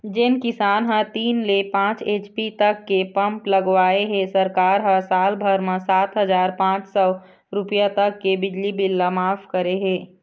जेन किसान ह तीन ले पाँच एच.पी तक के पंप लगवाए हे सरकार ह साल भर म सात हजार पाँच सौ रूपिया तक के बिजली बिल ल मांफ करे हे